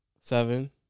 Seven